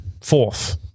fourth